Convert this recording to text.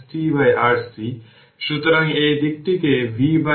ধরুন এই ভোল্টেজ যদি v হয় তাহলে ভোল্টেজ ডিভিশন vx